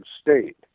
state